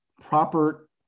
proper